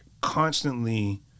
constantly